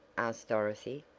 asked dorothy,